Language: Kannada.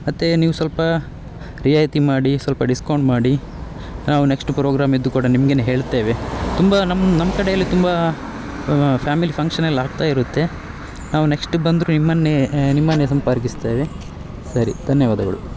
ಮತ್ತು ನೀವು ಸ್ವಲ್ಪ ರಿಯಾಯಿತಿ ಮಾಡಿ ಸ್ವಲ್ಪ ಡಿಸ್ಕೌಂಟ್ ಮಾಡಿ ನಾವು ನೆಕ್ಸ್ಟ್ ಪ್ರೋಗ್ರಾಮಿದ್ದು ಕೂಡ ನಿಮಗೇನೇ ಹೇಳ್ತೇವೆ ತುಂಬ ನಮ್ಮ ನಮ್ಮ ಕಡೆಯಲ್ಲಿ ತುಂಬ ಫ್ಯಾಮಿಲಿ ಫಂಕ್ಷನ್ ಎಲ್ಲ ಆಗ್ತಾ ಇರುತ್ತೆ ನಾವು ನೆಕ್ಸ್ಟ್ ಬಂದರೂ ನಿಮ್ಮನ್ನೇ ನಿಮ್ಮನ್ನೇ ಸಂಪರ್ಕಿಸ್ತೇವೆ ಸರಿ ಧನ್ಯವಾದಗಳು